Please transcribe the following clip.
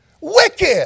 Wicked